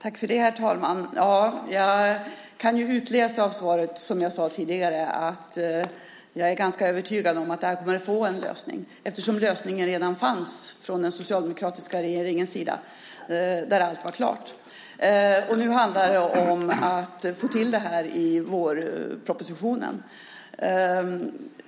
Herr talman! Det jag kan utläsa av svaret gör mig, som jag sade tidigare, ganska övertygad om att det kommer att få en lösning eftersom lösningen redan fanns från den socialdemokratiska regeringen. Allt var klart. Nu handlar det om att få till det här i vårpropositionen.